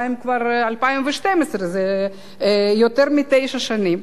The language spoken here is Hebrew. יותר מתשע שנים.